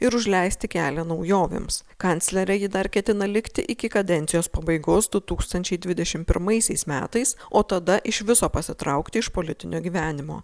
ir užleisti kelią naujovėms kanclere ji dar ketina likti iki kadencijos pabaigos du tūkstančiai dvidešimt pirmaisiais metais o tada iš viso pasitraukti iš politinio gyvenimo